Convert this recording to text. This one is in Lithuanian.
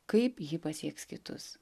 kaip ji pasieks kitus